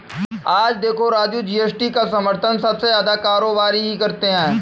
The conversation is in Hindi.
आज देखो राजू जी.एस.टी का समर्थन सबसे ज्यादा कारोबारी ही करते हैं